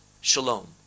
Shalom